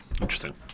Interesting